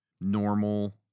normal